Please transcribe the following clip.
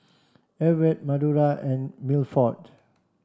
Everet Madora and Milford